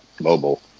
mobile